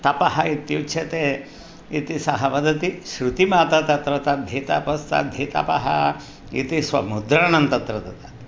तपः इत्युच्यते इति सः वदति श्रुतिमाता तत्र तद्धि तपस्तद्धि तपः इति स्वमुद्रणं तत्र ददाति